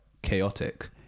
chaotic